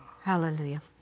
Hallelujah